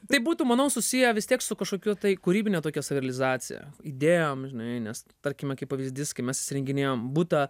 tai būtų manau susiję vis tiek su kažkokiu tai kūrybine tokia savirealizacija idėjom žinai nes tarkime kaip pavyzdys kai mes įsirenginėjom butą